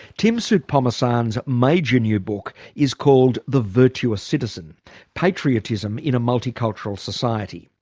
tim soutphommasane's major new book is called the virtuous citizen patriotism in a multicultural society.